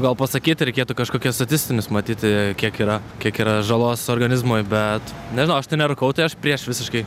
gal pasakyti reikėtų kažkokias statistinius matyti kiek yra kiek yra žalos organizmui bet nežinau aš tai nerūkau tai aš prieš visiškai